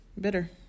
bitter